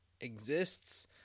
exists